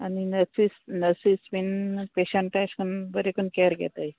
आनी nurses nurses बीन patient एश कोन बरें करून केर घेताय